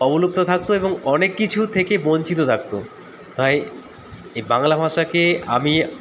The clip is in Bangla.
অবলুপ্ত থাকতো এবং অনেক কিছু থেকে বঞ্চিত থাকতো তাই এই বাংলা ভাষাকে আমি